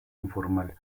informal